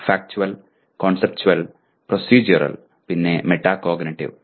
factual conceptual procedural പിന്നെ metacognitive